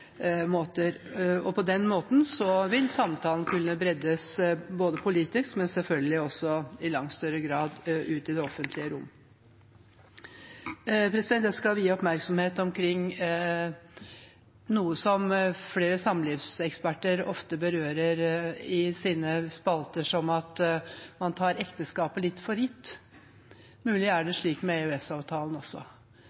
måter. På den måten vil samtalen kunne breddes både politisk og selvfølgelig også i langt større grad ute i det offentlige rom. Jeg skal vie oppmerksomhet til noe som flere samlivseksperter ofte berører i sine spalter, som at man tar ekteskapet litt for gitt. Mulig er det